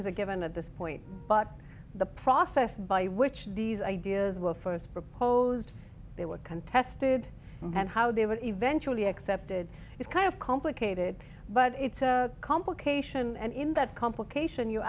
as a given at this point but the process by which these ideas were first proposed they were contested and how they were eventually accepted is kind of complicated but it's a complication and in that complication you